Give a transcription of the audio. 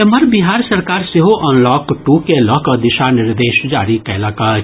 एम्हर बिहार सरकार सेहो अनलॉक टू के लऽकऽ दिशा निर्देश जारी कयलक अछि